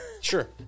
Sure